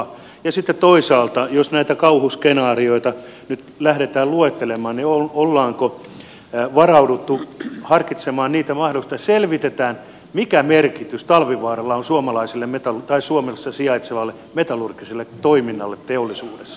ja sitten toisaalta jos näitä kauhuskenaarioita nyt lähdetään luettelemaan niin onko varauduttu harkitsemaan niitä mahdollisuuksia että selvitetään mikä merkitys talvivaaralla on suomessa sijaitsevalle metallurgiselle toiminnalle teollisuudessa